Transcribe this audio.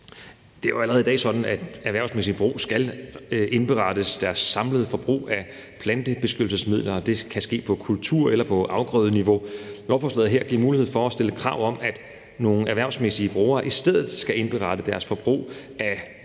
Det er jo allerede i dag sådan, at erhvervsmæssige brugere skal indberette deres samlede forbrug af plantebeskyttelsesmidler, og det kan ske på kultur- eller afgrødeniveau. Lovforslaget her giver mulighed for at stille krav om, at nogle erhvervsmæssige brugere i stedet skal indberette deres forbrug af de her midler